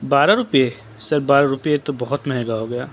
بارہ روپیے سر بارہ روپیے تو بہت مہنگا ہو گیا